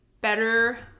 better